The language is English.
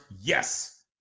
yes